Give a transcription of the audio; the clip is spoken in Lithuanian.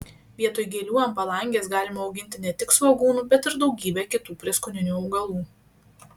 vietoj gėlių ant palangės galima auginti ne tik svogūnų bet ir daugybę kitų prieskoninių augalų